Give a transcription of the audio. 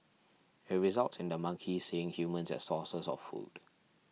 it results in the monkeys seeing humans as sources of food